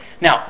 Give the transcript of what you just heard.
Now